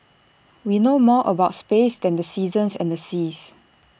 we know more about space than the seasons and the seas